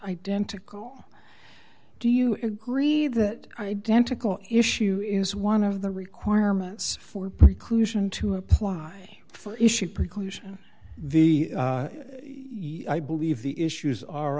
identical do you agree that identical issue is one of the requirements for preclusion to apply for issue preclusion the u i believe the issues are